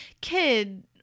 kid